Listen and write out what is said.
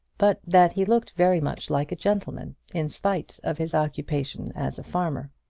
but that he looked very much like a gentleman, in spite of his occupation as a farmer.